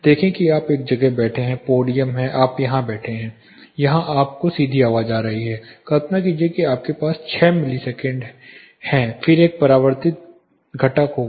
देखें कि आप एक जगह बैठे हैं पोडियम है आप यहां बैठे हैं यहां एक सीधी आवाज आ रही है कल्पना कीजिए कि आपके पास 6 मिलीसेकंड हैं फिर एक परिवर्तित घटक होगा